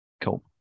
Cool